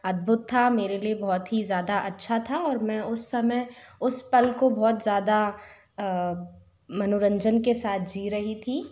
अद्भुत था मेरे लिए बहुत ही ज़्यादा अच्छा था और मैं उस समय उस पल को बहुत ज़्यादा मनोरंजन के साथ जी रही थी